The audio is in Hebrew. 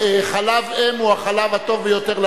חלב אם הוא החלב הטוב ביותר לילדים,